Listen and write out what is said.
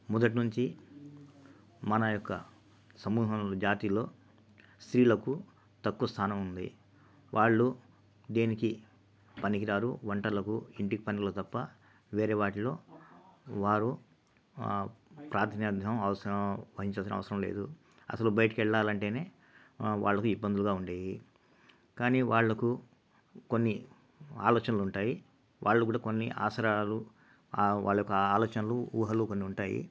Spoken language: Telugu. మొదటినుంచి మన యొక్క సమూహంలో జాతిలో స్త్రీలకు తక్కువ స్థానం ఉంది వాళ్ళు దేనికి పనికిరారు వంటలకు ఇంటికి పనులు తప్ప వేరే వాటిలో వారు ప్రార్ధాన్యం అవసరం వహించాల్సిన అవసరం లేదు అసలు బయటికి వెళ్ళాలంటేనే వాళ్ళకి ఇబ్బందులుగా ఉండేవి కానీ వాళ్ళకు కొన్ని ఆలోచనలు ఉంటాయి వాళ్ళు కూడా కొన్ని ఆసరాలను వాళ్ళకు ఆలోచనలు ఊహలు కొన్ని ఉంటాయి